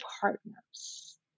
partners